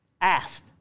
asked